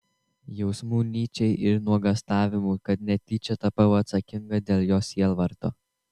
jausmų nyčei ir nuogąstavimų kad netyčia tapau atsakinga dėl jo sielvarto